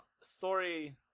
story